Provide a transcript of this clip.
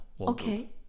Okay